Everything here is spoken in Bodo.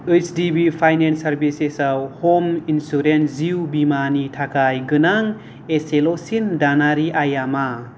ओइसडिबि फाइनेन्स सार्भिसेसआव ह'म इन्सुरेन्स जिउ बीमानि थाखाय गोनां इसेल'सिन दानारि आइया मा